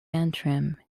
antrim